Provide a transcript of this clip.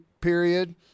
period